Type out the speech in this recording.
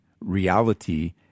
reality